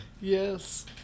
Yes